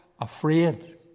afraid